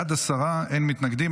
בעד, עשרה, אין מתנגדים.